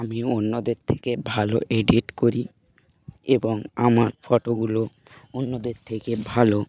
আমি অন্যদের থেকে ভালো এডিট করি এবং আমার ফটোগুলো অন্যদের থেকে ভালো